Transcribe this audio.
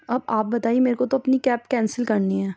اب آپ بتائیے میرے کو تو اپنی کیب کینسل کرنی ہے